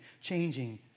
changing